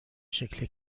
شکل